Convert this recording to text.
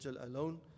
alone